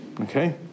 Okay